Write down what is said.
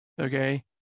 okay